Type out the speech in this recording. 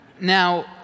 Now